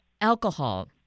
alcohol